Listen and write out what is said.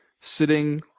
sitting